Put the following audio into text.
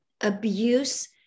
abuse